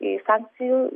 į sankcijų